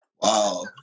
Wow